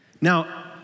Now